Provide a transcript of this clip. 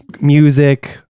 music